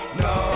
no